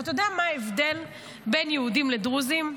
אבל אתה יודע מה ההבדל בין יהודים לדרוזים?